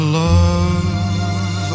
love